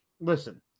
listen